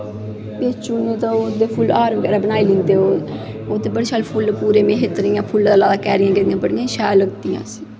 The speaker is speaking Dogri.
फुल्लें दे हार बगैरा बनाई लैंदे उत्त बड़े शैल फुल्ल दियां क्यांरियां बड़ियां शैल लगदियां इ'यां